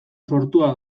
sortua